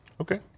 Okay